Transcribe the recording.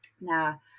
Now